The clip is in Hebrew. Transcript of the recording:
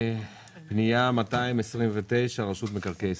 פנייה מס' 229 רשות מקרקעי ישראל.